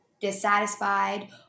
dissatisfied